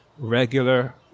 regular